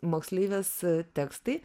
moksleivės tekstai